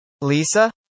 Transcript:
Lisa